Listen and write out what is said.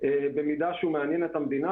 במידה שהוא מעניין אותה,